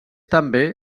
també